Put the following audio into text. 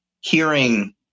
hearing